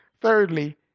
thirdly